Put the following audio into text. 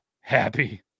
happy